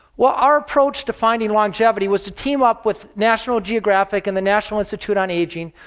well, our approach to finding longevity was to team up with national geographic, and the national institute on aging,